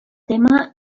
tema